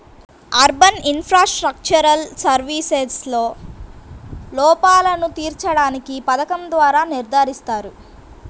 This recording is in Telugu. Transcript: అర్బన్ ఇన్ఫ్రాస్ట్రక్చరల్ సర్వీసెస్లో లోపాలను తీర్చడానికి పథకం ద్వారా నిర్ధారిస్తారు